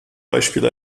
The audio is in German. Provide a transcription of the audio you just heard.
beispiel